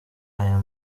aya